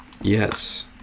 yes